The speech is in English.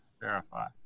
verify